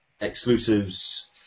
exclusives